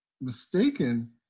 mistaken